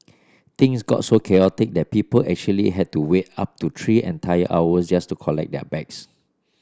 things got so chaotic that people actually had to wait up to three entire hours just to collect their bags